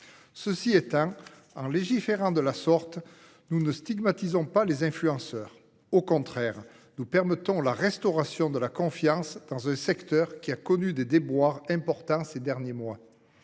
Cela étant, en légiférant de cette manière, nous ne stigmatisons pas les influenceurs. Au contraire, nous permettons la restauration de la confiance dans ce secteur, qui a connu des déboires importants ces derniers mois.